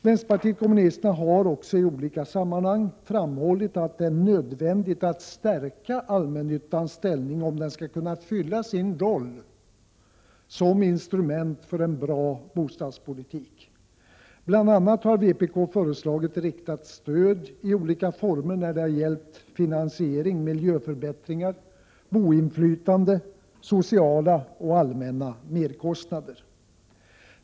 Vänsterpartiet kommunisterna har också i olika sammanhang framhållit att det är nödvändigt att stärka allmännyttans ställning, om den skall kunna fylla sin roll som instrument för en bra bostadspolitik. Bl. a. har vpk föreslagit riktat stöd i olika former när det gällt finansiering, miljöförbättringar, boinflytande samt sociala och allmänna merkostnader.